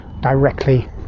directly